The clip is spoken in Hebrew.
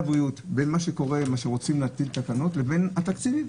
שקורה כשרוצים להתקין תקנות לבין התקציב.